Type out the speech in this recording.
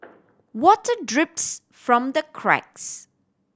water drips from the cracks